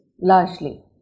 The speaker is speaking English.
largely